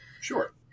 Sure